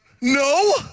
no